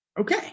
Okay